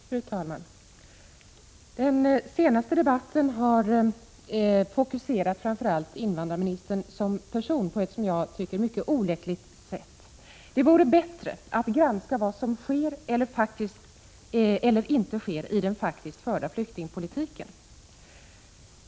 Fru talman! Den senaste tidens debatt har fokuserat framför allt invandrarministern som person på ett som jag tycker mycket olyckligt sätt. Det vore bättre att granska vad som sker eller inte sker i den faktiskt förda flyktingpolitiken.